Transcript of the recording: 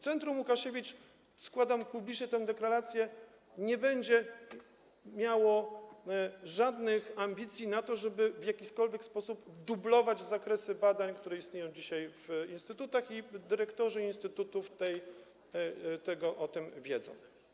Centrum Łukasiewicz - składam publicznie tę deklarację - nie będzie miało żadnych ambicji, żeby w jakikolwiek sposób dublować zakresy badań, które istnieją dzisiaj w instytutach, i dyrektorzy instytutów o tym wiedzą.